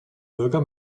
bürger